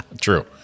True